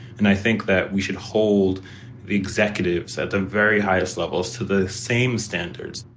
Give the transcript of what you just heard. and i think that we should hold the executives at the very highest levels to the same standards.